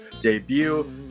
debut